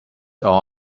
all